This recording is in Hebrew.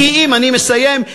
אני מסיים.